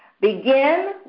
Begin